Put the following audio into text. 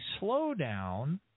slowdown